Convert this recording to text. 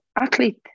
athlete